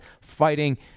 fighting